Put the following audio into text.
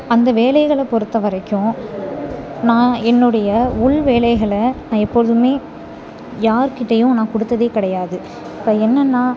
அந்த வேலைகளை பொறுத்தவரைக்கும் நான் என்னுடைய உள் வேலைகளை நான் எப்பொழுதுமே யார்கிட்டேயும் நான் கொடுத்ததே கிடையாது இப்போ என்னென்னால்